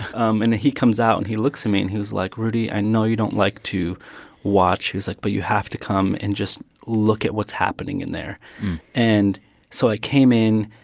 um and he comes out, and he looks at me, and he was like, rudy, i know you don't like to watch. he's like, but you have to come and just look at what's happening in there and so i came in,